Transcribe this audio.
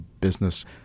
business